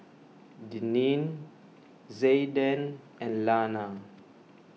Deneen Zayden and Lana